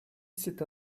cette